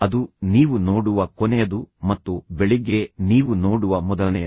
ಅದು ನೀವು ನೋಡುವ ಕೊನೆಯದು ಮತ್ತು ಬೆಳಿಗ್ಗೆ ನೀವು ನೋಡುವ ಮೊದಲನೆಯದು